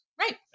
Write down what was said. Right